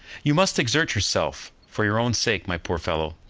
you must exert yourself, for your own sake, my poor fellow.